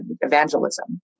evangelism